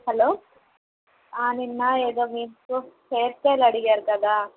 hello నిన్న ఏదో మీకు హెయిర్ స్టైల్ అడిగారు కదా